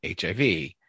HIV